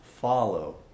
follow